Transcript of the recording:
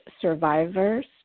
survivors